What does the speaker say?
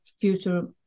future